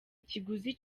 ikiguzi